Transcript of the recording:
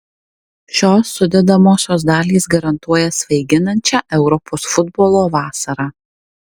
šios sudedamosios dalys garantuoja svaiginančią europos futbolo vasarą